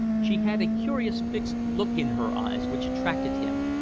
she had a curious fixed look in her eyes which attracted him,